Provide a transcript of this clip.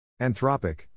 Anthropic